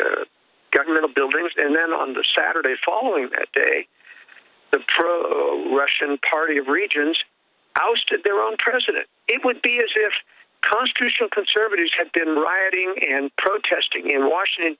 the governmental buildings and then on the saturday following that day the true russian party of regions ousted their own president it would be as if constitutional conservatives had been rioting and protesting in washington